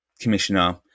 commissioner